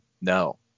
No